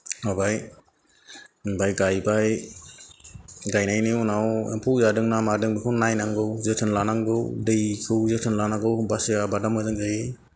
फोबाय ओमफ्राय गायबाय गायनायनि उनाव एमफौ जादों ना मादों बेखौबो नायनांगौ जोथोन लानांगौ दैखौ जोथोन लानांगौ होमबासो आबादा मोजां जायो